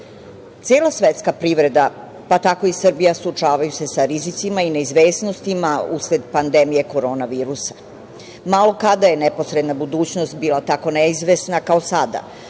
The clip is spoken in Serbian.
cela svetska privreda, pa tako i Srbija, suočavaju se sa rizicima i neizvesnostima usled pandemije korona virusa, malo kada je neposredna budućnost bila tako neizvesna, kao sada.